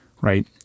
Right